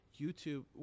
youtube